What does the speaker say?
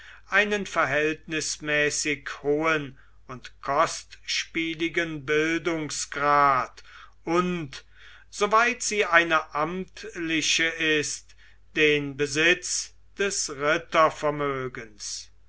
einen verhältnismäßig hohen und kostspieligen bildungsgrad und soweit sie eine amtliche ist den besitz des